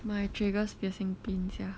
my tragus piercing pain sia